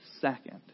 second